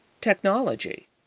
technology